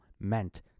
meant